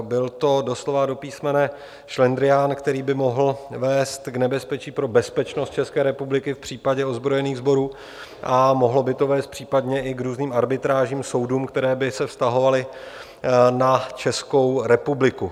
Byl to doslova a do písmene šlendrián, který by mohl vést k nebezpečí pro bezpečnost České republiky v případě ozbrojených sborů a mohlo by to vést případně i k různým arbitrážím, soudům, které by se vztahovaly na Českou republiku.